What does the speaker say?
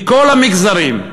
מכל המגזרים: